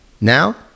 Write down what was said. now